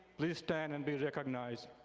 please stand and be recognized.